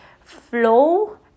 flow